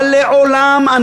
אבל לעולם,